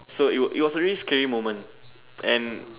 so it was really scary moment and